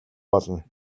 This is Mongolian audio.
болно